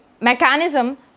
mechanism